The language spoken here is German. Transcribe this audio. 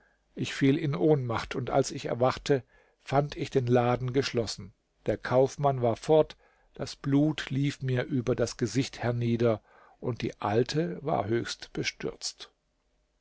ich fiel in ohnmacht und als ich erwachte fand ich den laden geschlossen der kaufmann war fort das blut lief mir über das gesicht hernieder und die alte war höchst bestürzt